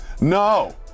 No